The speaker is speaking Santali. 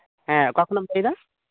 ᱦᱮᱸ ᱚᱠᱟ ᱠᱷᱚᱱᱟᱜ ᱮᱢ ᱞᱟᱹᱭ ᱮᱫᱟ